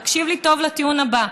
תקשיב לי טוב לטיעון הבא,